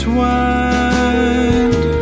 wind